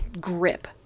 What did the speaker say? grip